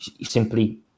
simply